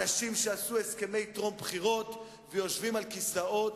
אנשים שעשו הסכמי טרום-בחירות ויושבים על כיסאות,